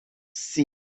sails